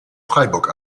freiburg